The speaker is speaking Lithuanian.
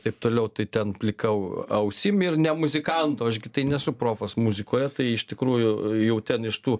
taip toliau tai ten plika au ausim ir ne muzikanto aš gi tai nesu profas muzikoje tai iš tikrųjų jau ten iš tų